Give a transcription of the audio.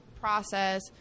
process